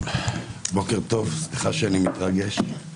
בוקר טוב, סליחה שאני מתרגש.